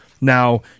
Now